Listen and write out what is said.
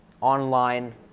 online